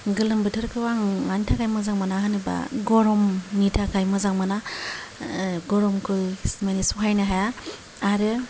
गोलोम बोथोरखौ आं मानि थाखाय मोजां मोना होनोबा गरमनि थाखाय मोजां मोना गरमखौ माने सहायनो हाया आरो